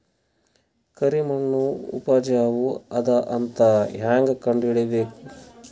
ಕರಿಮಣ್ಣು ಉಪಜಾವು ಅದ ಅಂತ ಹೇಂಗ ಕಂಡುಹಿಡಿಬೇಕು?